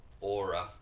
aura